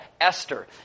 Esther